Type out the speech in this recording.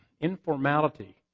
informality